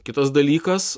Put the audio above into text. kitas dalykas